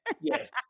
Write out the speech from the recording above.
Yes